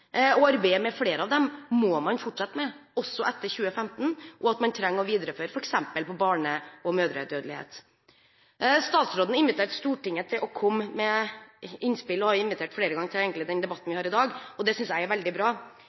Arbeidet med flere av dem må man fortsette med også etter 2015. Man trenger f.eks. å videreføre arbeidet med barne- og mødredødelighet. Statsråden inviterte Stortinget til å komme med innspill og har egentlig flere ganger invitert til den debatten vi har i dag, og det synes jeg er veldig bra.